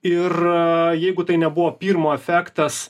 ir jeigu tai nebuvo pirmo efektas